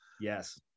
Yes